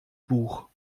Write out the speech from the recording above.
buch